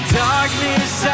darkness